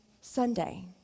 Sunday